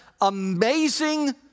amazing